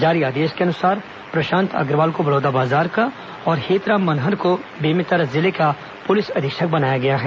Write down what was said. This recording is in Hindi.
जारी आदेश के अनुसार प्रशांत अग्रवाल को बलौदाबाजार का और हेतराम मनहर को बेमेतरा को पुलिस अधीक्षक बनाया गया है